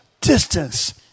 Distance